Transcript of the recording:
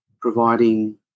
providing